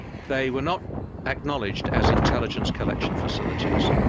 they were not acknowledged as intelligence collection facilities.